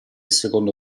secondo